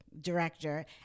director